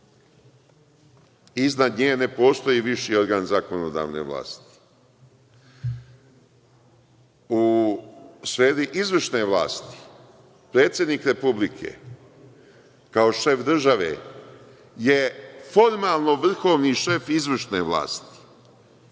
iznad nje ne postoji viši organ zakonodavne vlasti. U sferi izvršne vlasti, predsednik republike, kao šef države, je formalno vrhovni šef izvršne vlasti,